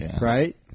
right